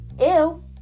ew